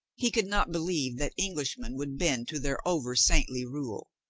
he could not believe that englishmen would bend to their over-saintly rule.